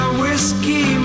whiskey